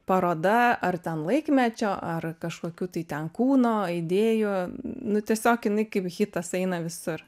paroda ar ten laikmečio ar kažkokių tai ten kūno idėjų nu tiesiog kaip hitas eina visur